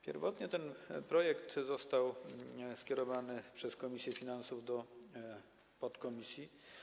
Pierwotnie ten projekt został skierowany przez komisję finansów do podkomisji.